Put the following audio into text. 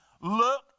look